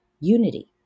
unity